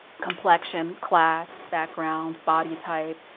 complexion, class, background, body type,